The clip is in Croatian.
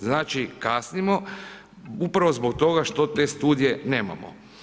Znači kasnimo, upravo zbog toga što te studije nemamo.